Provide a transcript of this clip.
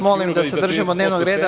Molim vas da se držimo dnevnog reda.